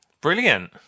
Brilliant